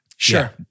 Sure